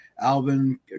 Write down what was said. Alvin